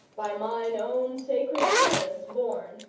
by mine own sacred servants borne,